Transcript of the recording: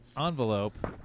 envelope